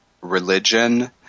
religion